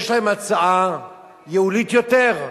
יש להם הצעה ייעולית יותר: